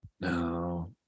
No